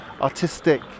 artistic